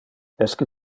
esque